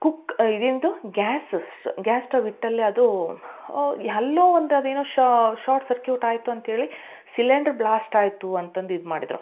cook ಇದಂತೂ gas ಸ್ gas stove ಇಟ್ಟಲ್ಲಿ ಅದೂ ಎಲ್ಲೊ ಒಂದು ಅದೇನೊ ಶಾರ್ಟ್ ಸರ್ಕ್ಯೂಟ್ ಆಯಿತು ಅಂತೇಳಿ ಸಿಲೆಂಡ್ರ್ ಬ್ಲಾಸ್ಟ್ ಆಯಿತು ಅಂತಂದು ಇದು ಮಾಡಿದರು